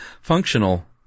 Functional